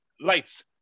lights